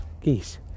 geese